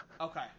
okay